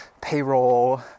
payroll